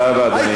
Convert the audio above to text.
תודה רבה, אדוני.